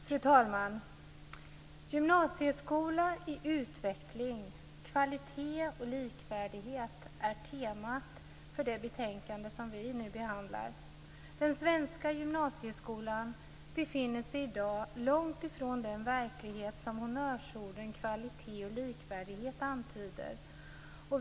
Fru talman! Gymnasieskola i utveckling - kvalitet och likvärdighet, är temat för det betänkande som vi nu behandlar. Den svenska gymnasieskolan befinner sig i dag långt ifrån den verklighet som honnörsorden kvalitet och likvärdighet antyder.